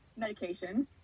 medications